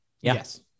Yes